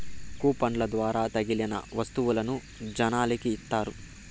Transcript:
కూపన్ల ద్వారా తగిలిన వత్తువులను జనాలకి ఇత్తారు